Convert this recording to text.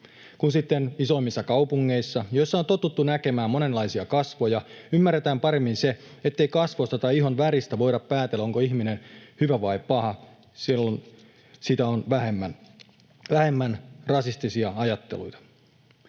kun sitten isommissa kaupungeissa, joissa on totuttu näkemään monenlaisia kasvoja ja ymmärretään paremmin se, ettei kasvoista tai ihonväristä voida päätellä, onko ihminen hyvä vai paha, on vähemmän rasistisia ajatteluita.